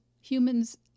Humans